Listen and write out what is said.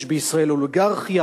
יש בישראל אוליגרכיה,